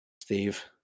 Steve